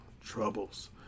troubles